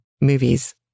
movies